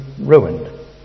ruined